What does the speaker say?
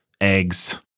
eggs